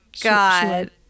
God